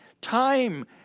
time